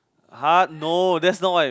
!huh! no that's not what I